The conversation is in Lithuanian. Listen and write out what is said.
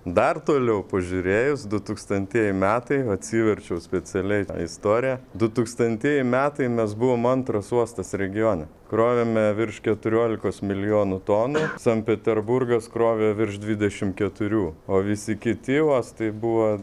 dar toliau pažiūrėjus du tūkstantieji metai atsiverčiau specialiai istoriją du tūkstantieji metai mes buvom antras uostas regione krovėme virš keturiolikos milijonų tonų sankt peterburgas krovė virš dvidešim keturių o visi kiti uostai buvo